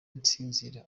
nsinzira